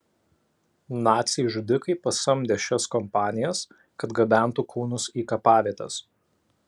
naciai žudikai pasamdė šias kompanijas kad gabentų kūnus į kapavietes